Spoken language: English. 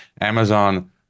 Amazon